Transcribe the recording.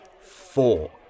four